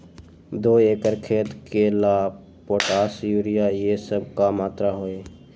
दो एकर खेत के ला पोटाश, यूरिया ये सब का मात्रा होई?